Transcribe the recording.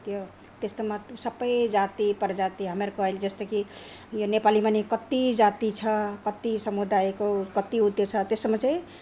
त्यो त्यस्तोमा सबै जाति प्रजाति हामीहरूको अहिले जस्तो कि यो नेपालीमा नि कति जाति छ कति समुदायको कति उत्यो छ त्यसमा चाहिँ